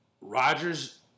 Rodgers